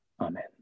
Amen